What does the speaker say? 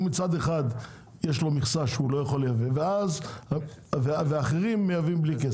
הוא מצד אחד יש לו מכסה שהוא לא יכול לייבא ואחרים מייבאים בלי כסף.